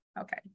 Okay